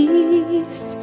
Peace